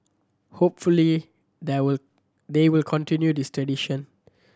hopefully there will they will continue this tradition